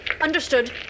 Understood